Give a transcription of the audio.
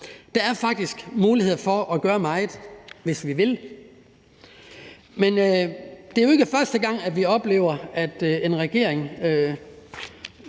Der er faktisk mulighed for at gøre meget, hvis vi vil. Men det er jo ikke første gang, at vi oplever, at en regering